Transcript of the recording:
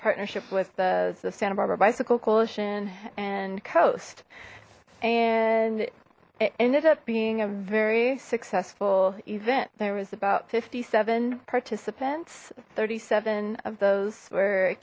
partnership with the santa barbara bicycle coalition and coast and it ended up being a very successful event there was about fifty seven participants thirty seven of those were